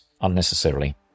unnecessarily